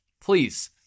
Please